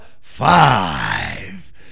Five